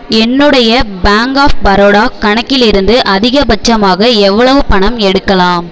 என்னுடைய bank of Baroda கணக்கிலிருந்து அதிகபட்சமாக எவ்வளவு பணம் எடுக்கலாம்